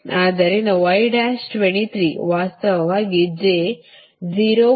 ಆದ್ದರಿಂದ ವಾಸ್ತವವಾಗಿ j0